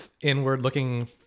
inward-looking